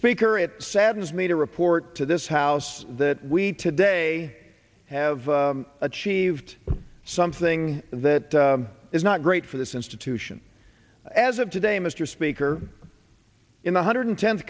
speaker it saddens me to report to this house that we today have achieved something that is not great for this institution as of today mr speaker in one hundred tenth